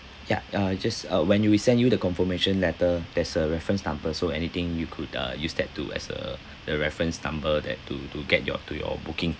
ya uh just uh when we send you the confirmation letter there's a reference number so anything you could uh use that to as uh the reference number that to to get your to your booking